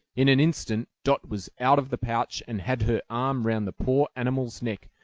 in an instant dot was out of the pouch and had her arm round the poor animal's neck,